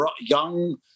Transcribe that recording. young